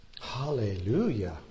Hallelujah